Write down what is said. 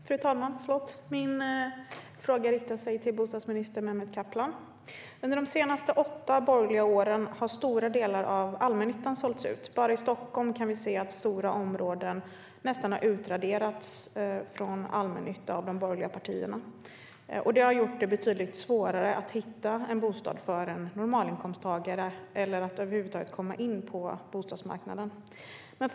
Fru talman! Min fråga riktar sig till bostadsminister Mehmet Kaplan. Under de senaste åtta borgerliga åren har stora delar av allmännyttan sålts ut. Bara i Stockholm kan vi se att stora områden nästan har utraderats från allmännyttan av de borgerliga partierna. Det har gjort det betydligt svårare att hitta en bostad för en normalinkomsttagare eller att över huvud taget komma in på bostadsmarknaden.